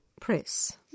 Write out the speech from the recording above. Press